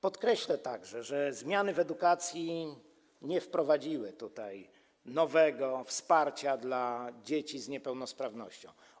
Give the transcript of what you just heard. Podkreślę także, że zmiany w edukacji nie wprowadziły tutaj nowego wsparcia dla dzieci z niepełnosprawnością.